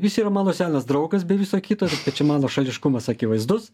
jis yra mano senas draugas be viso kito taip kad čia mano šališkumas akivaizdus